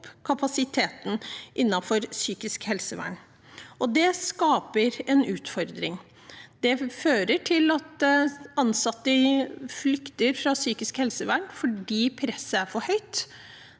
kapasiteten innenfor psykisk helsevern, og det skaper en utfordring. Det fører til at ansatte flykter fra psykisk helsevern fordi presset er for høyt.